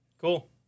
cool